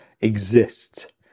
exist